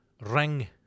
ring